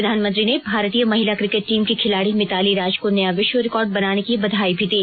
प्रधानमंत्री ने भारतीय महिला किकेट टीम की खिलाड़ी मिताली राज को नया विश्व रिकार्ड बनाने की बधाई भी दी